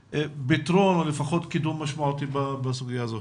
פתרון או לפחות קידום משמעותי בסוגיה הזאת.